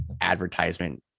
advertisement